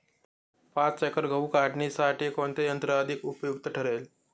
पाच एकर गहू काढणीसाठी कोणते यंत्र अधिक उपयुक्त ठरेल?